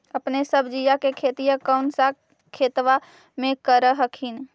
अपने सब्जिया के खेतिया कौन सा खेतबा मे कर हखिन?